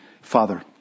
Father